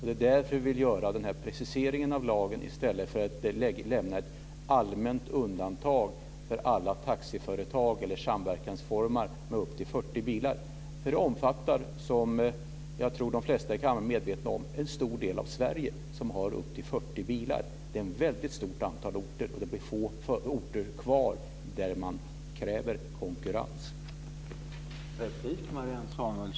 Det är därför som vi vill göra den här preciseringen av lagen i stället för att lämna ett allmänt undantag för alla taxiföretag eller samverkansformer med upp till 40 bilar, därför att det omfattar, vilket jag tror att de flesta i kammaren är medvetna om, en stor del av Sverige där man har upp till 40 bilar. Det är ett väldigt stort antal orter, och det blir få orter kvar där man kräver konkurrens.